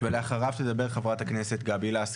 אחריו תדבר חברת הכנסת גבי לסקי.